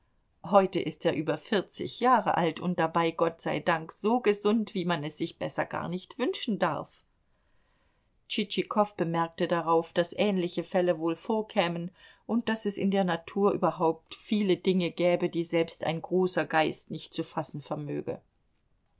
heute ist er über vierzig jahre alt und dabei gott sei dank so gesund wie man es sich besser gar nicht wünschen darf tschitschikow bemerkte darauf daß ähnliche fälle wohl vorkämen und daß es in der natur überhaupt viele dinge gäbe die selbst ein großer geist nicht zu fassen vermöge